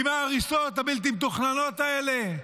עם ההריסות הבלתי-מתוכננות האלה,